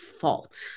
fault